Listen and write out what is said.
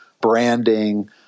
branding